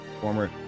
former